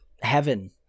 heaven